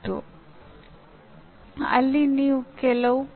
ಆದ್ದರಿಂದ ಅಂದಾಜುವಿಕೆ ಮತ್ತು ಮೌಲ್ಯಮಾಪನ ನಡುವೆ ಸ್ಪಷ್ಟ ವ್ಯತ್ಯಾಸ ಇರಬೇಕು